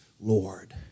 Lord